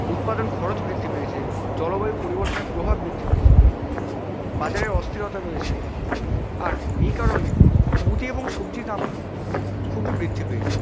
উৎপাদন খরচ বৃদ্ধি পেয়েছে জলবায়ু পরিবর্তনের প্রভাব বৃদ্ধি পেয়েছে বাজারে অস্থিরতা রয়েছে আর এই কারণে মুদি এবং সবজির দাম খুবই বৃদ্ধি পেয়েছে